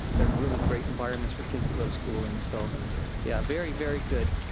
they're really great environments for kids to go to school in. so yeah, very very good,